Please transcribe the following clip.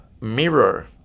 mirror